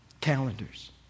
calendars